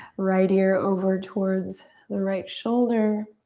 right ear over towards the right shoulder.